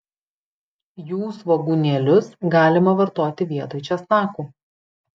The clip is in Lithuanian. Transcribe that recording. jų svogūnėlius galima vartoti vietoj česnakų